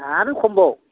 आरो खमबाव